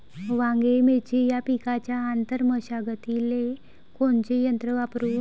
वांगे, मिरची या पिकाच्या आंतर मशागतीले कोनचे यंत्र वापरू?